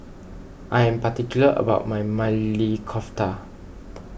I am particular about my Maili Kofta